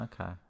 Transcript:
Okay